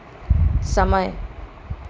સમય